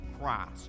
Christ